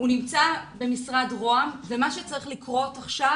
הוא נמצא במשרד ראש הממשלה ומה שצריך לקרות עכשיו